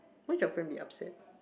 won't your friend be upset